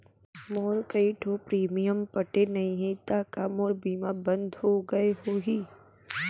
मोर कई ठो प्रीमियम पटे नई हे ता का मोर बीमा बंद हो गए होही?